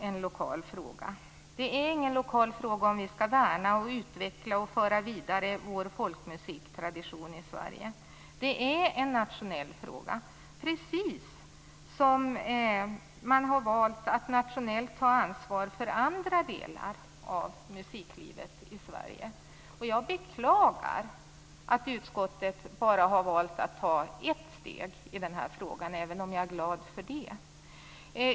Jag tycker inte att det är någon lokal fråga om vi skall värna, utveckla och föra vidare vår folkmusiktradition i Sverige. Det är en nationell fråga, precis som man har valt att nationellt ta ansvar för andra delar av musiklivet i Sverige. Jag beklagar att utskottet har valt att ta bara ett steg i den här frågan, även om jag är glad för det.